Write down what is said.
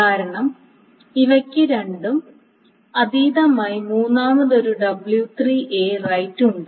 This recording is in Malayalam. കാരണം ഇവക്ക് രണ്ടും അതീതമായി മൂന്നാമതൊരു w3 റൈറ്റ് ഉണ്ട്